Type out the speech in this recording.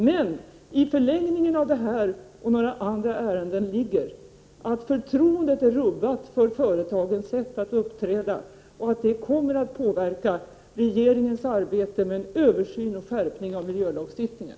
Men i förlängningen av detta ärende och några andra ärenden ligger att förtroendet för företagens sätt att uppträda är rubbat och att detta kommer att påverka regeringens arbete med en översyn och skärpning av miljölagstiftningen.